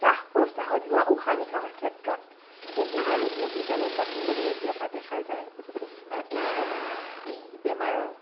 শ্বাস প্ৰশ্বাসত লোৱা উশাহ নিশাহৰ ক্ষেত্ৰত সেই বীজাণুবোৰ ইজনৰ পৰা সিজনলৈ বিয়পা দেখা যায় আৰু এনেদৰে এই বেমাৰৰ